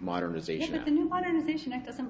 doesn't